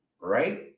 Right